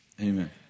Amen